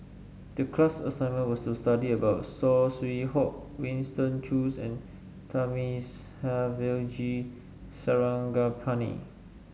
the class assignment was to study about Saw Swee Hock Winston Choos and Thamizhavel G Sarangapani